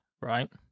right